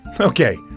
Okay